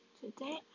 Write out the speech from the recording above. Today